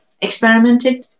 experimented